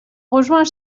rejoint